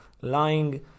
lying